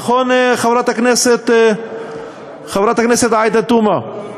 נכון, חברת הכנסת עאידה תומא?